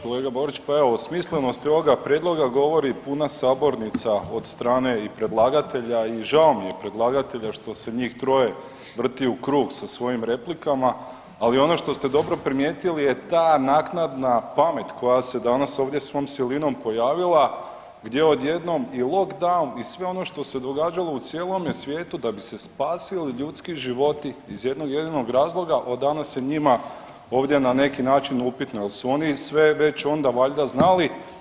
Kolega Borić, pa evo smislenost tog prijedloga govori puna sabornica od strane i predlagatelja i žao mi je predlagatelja što se njih troje vrti u krug sa svojim replikama, ali ono što ste dobro primijetili je ta naknadna pamet koja se danas ovdje svom silinom pojavila gdje odjednom i lockdown i sve ono što se događalo u cijelome svijetu da bi se spasili ljudski životi iz jednog jedinog razloga od danas je njima ovdje na neki način upitno jel su oni sve već onda valjda znali.